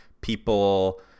people